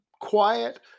quiet